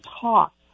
talk